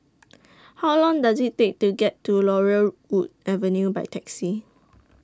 How Long Does IT Take to get to Laurel Wood Avenue By Taxi